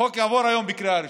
החוק יעבור היום בקריאה ראשונה,